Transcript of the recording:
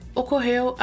ocorreu